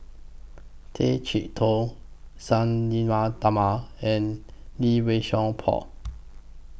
Tay Chee Toh Sang Nila and Lee Wei Song Paul